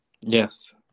Yes